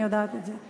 אני יודעת את זה.